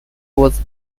was